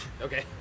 Okay